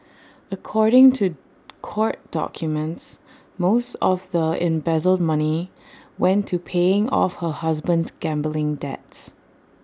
according to court documents most of the embezzled money went to paying off her husband's gambling debts